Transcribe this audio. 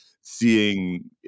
seeing